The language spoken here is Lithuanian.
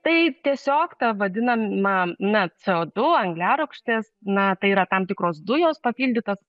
tai tiesiog ta vadinam na na ce o du angliarūgštės na tai yra tam tikros dujos papildytos